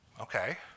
Okay